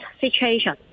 situation